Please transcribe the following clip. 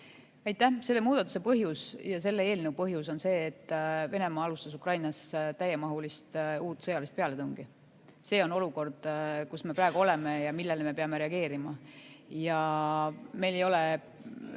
Aitäh! Selle muudatuse põhjus ja selle eelnõu põhjus on see, et Venemaa alustas Ukrainas uut täiemahulist sõjalist pealetungi. See on olukord, kus me praegu oleme ja millele me peame reageerima. Meil ei ole